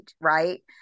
Right